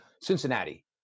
Cincinnati